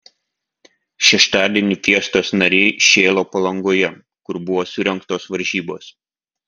šeštadienį fiestos nariai šėlo palangoje kur buvo surengtos varžybos